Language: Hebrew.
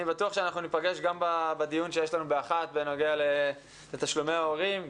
אני בטוח שניפגש גם בדיון שיש לנו בשעה 1:00 בנוגע לתשלומי הורים.